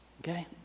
Okay